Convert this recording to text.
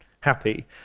happy